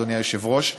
אדוני היושב-ראש,